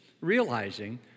realizing